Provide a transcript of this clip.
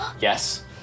Yes